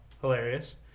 Hilarious